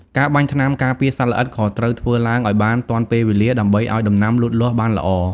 ការបាញ់ថ្នាំការពារសត្វល្អិតក៏ត្រូវធ្វើឡើងឱ្យបានទាន់ពេលវេលាដើម្បីឱ្យដំណាំលូតលាស់បានល្អ។